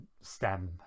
stem